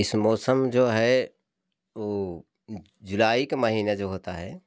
इस मौसम जो है वो जुलाई का महीना जो होता है